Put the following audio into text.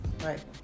right